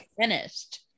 finished